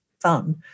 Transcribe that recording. fun